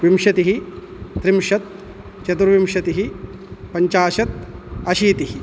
विंशतिः त्रिंशत् चतुर्विंशतिः पञ्चाशत् अशीतिः